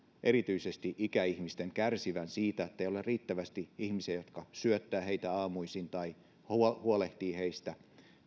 erityisesti ikäihmisten kärsivän siitä ettei ole riittävästi ihmisiä jotka syöttävät heitä aamuisin tai huolehtivat heistä